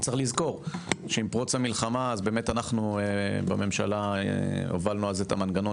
יש לזכור שעם פרוץ המלחמה בממשלה הובלנו את המנגנון